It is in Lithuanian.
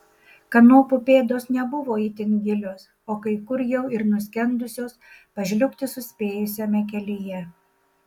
kanopų pėdos nebuvo itin gilios o kai kur jau ir nuskendusios pažliugti suspėjusiame kelyje